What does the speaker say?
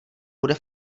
bude